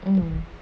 you know